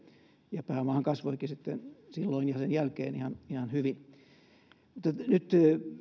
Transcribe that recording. ja pääomahan kasvoikin silloin ja sen jälkeen ihan ihan hyvin mutta nyt